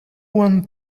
one